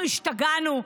אנחנו השתגענו?